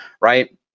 right